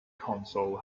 console